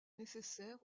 nécessaire